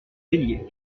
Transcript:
bélier